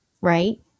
right